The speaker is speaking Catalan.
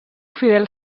fidel